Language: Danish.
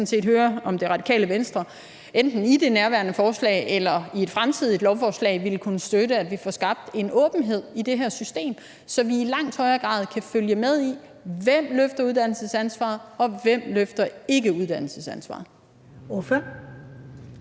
der løfter uddannelsesansvaret, og hvem der ikke løfter uddannelsesansvaret.